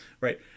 Right